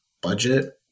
budget